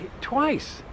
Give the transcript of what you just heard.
Twice